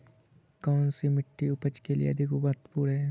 कौन सी मिट्टी उपज के लिए अधिक महत्वपूर्ण है?